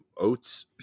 oats